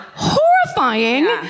horrifying